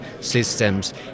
systems